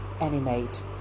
animate